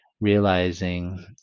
realizing